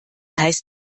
heißt